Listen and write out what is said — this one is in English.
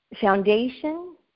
foundation